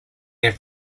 have